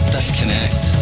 Disconnect